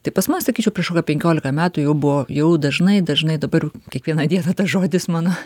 tai pas mane sakyčiau prieš kokia penkiolika metų jau buvo jau dažnai dažnai dabar jau kiekvieną dieną tas žodis mano